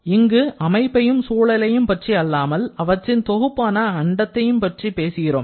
இங்கு அமைப்பையும் சூழலையும் பற்றி அல்லாமல் அவற்றின் தொகுப்பான அண்டத்தைப் பற்றி பேசுகிறோம்